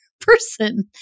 person